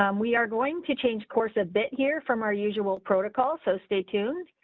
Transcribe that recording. um we are going to change course a bit here from our usual protocol. so stay tuned.